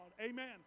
Amen